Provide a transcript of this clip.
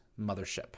mothership